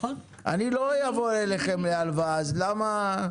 אני לא אבוא אליכם להלוואה, אז למה?